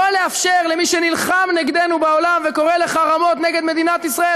לא לאפשר למי שנלחם נגדנו בעולם וקורא לחרמות נגד מדינת ישראל,